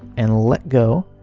and let go,